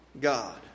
God